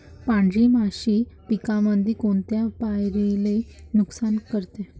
पांढरी माशी पिकामंदी कोनत्या पायरीले नुकसान करते?